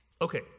Okay